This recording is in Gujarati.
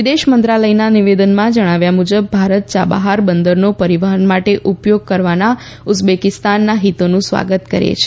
વિદેશ મંત્રાલયના નિવેદનમાં જણાવ્યા મુજબ ભારત યાબહાર બંદરનો પરિવહન માટે ઉપયોગ કરવાના ઉઝબેકિસ્તાનના હિતોનું સ્વાગત કરે છે